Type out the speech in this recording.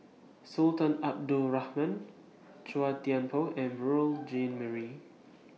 Sultan Abdul Rahman Chua Thian Poh and Beurel Jean Marie